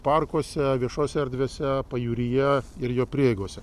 parkuose viešose erdvėse pajūryje ir jo prieigose